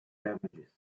damages